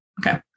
Okay